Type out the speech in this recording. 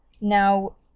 now